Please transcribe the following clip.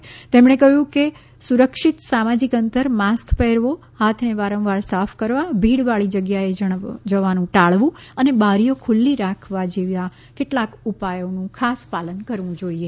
શ્રી ટેડ્રોસે કહ્યું કે સુરક્ષિત સામાજિક અંતર માસ્ત પહેરવો હાથને વારંવાર સાફ કરવા ભીડવાળી જગાએ જણાવનું ટાળવું અને બારીઓ ખુલ્લી રાખવા જેવા કેટલાક ઉપાયોનું ખાસ પાલન કરવું જોઇએ